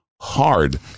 hard